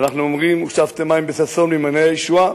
אנחנו אומרים: "ושאבתם מים בששון ממעייני הישועה",